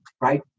right